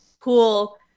pool